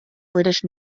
british